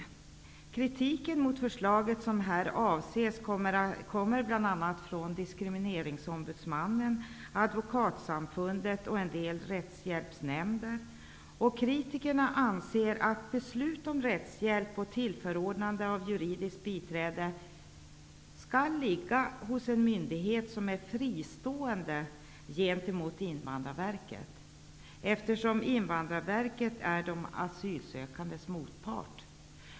Kritiken mot förslaget som här avses kommer bl.a. Kritikerna anser att beslut om rättshjälp och tillförordnande av juridiskt biträde skall ligga hos en myndighet som är fristående gentemot Invandrarverket, eftersom Invandrarverket är de asylsökandes motpart.